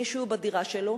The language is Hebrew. מישהו בדירה שלו,